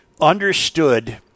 understood